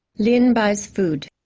lien buys food.